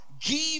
Give